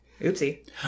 Oopsie